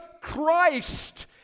Christ